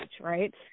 right